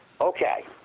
Okay